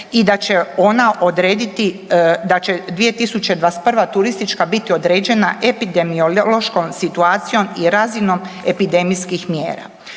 i da će ona odrediti, da će 2021. turistička biti određena epidemiološkom situacijom i razinom epidemijskih mjera.